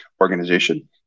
organization